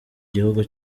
gihugu